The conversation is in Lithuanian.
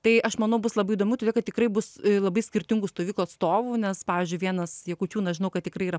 tai aš manau bus labai įdomu todėl kad tikrai bus labai skirtingų stovyklų atstovų nes pavyzdžiui vienas jakučiūnas žinau kad tikrai yra